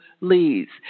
leads